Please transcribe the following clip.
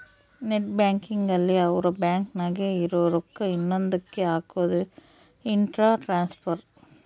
net banking ಅಲ್ಲಿ ಅವ್ರ bank ನಾಗೇ ಇರೊ ರೊಕ್ಕ ಇನ್ನೊಂದ ಕ್ಕೆ ಹಕೋದು ಇಂಟ್ರ ಟ್ರಾನ್ಸ್ಫರ್